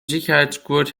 sicherungsgurt